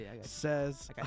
says